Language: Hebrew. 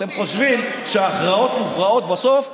אתם חושבים שהכרעות מוכרעות בסוף ברחוב.